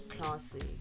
classy